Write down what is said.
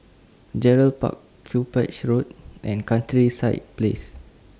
Gerald Park Road and Countryside Place